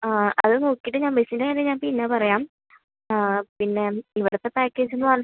അത് നോക്കിയിട്ട് ഞാൻ ബസ്സിൻ്റെ കാര്യം ഞാൻ പിന്നെ പറയാം പിന്നെ ഇവിടുത്തെ പാക്കേജ് എന്ന് പറഞ്ഞാൽ